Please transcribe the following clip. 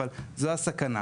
אבל זו הסכנה.